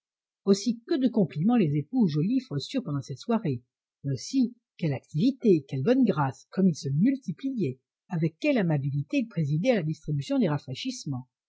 aussi que de compliments les époux joliffe reçurent pendant cette soirée mais aussi quelle activité quelle bonne grâce comme ils se multipliaient avec quelle amabilité ils présidaient à la distribution des rafraîchissements